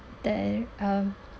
there um